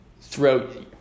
throughout